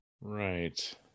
Right